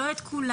לא את כולם,